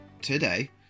today